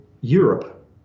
Europe